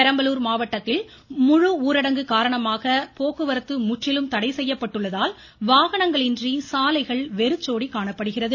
பெரம்பலூர் மாவட்டத்தில் ஊரடங்கு காரணமாக போக்குவரத்து முற்றிலும் தடை செய்யப்பட்டுள்ளதால் வாகனங்கள் இன்றி சாலைகள் வெறிச்சோடி காணப்படுகிறது